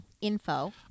info